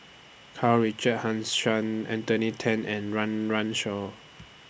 Karl Richard Hanitsch Anthony Then and Run Run Shaw